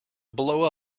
blow